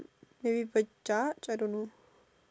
maybe people judge I don't know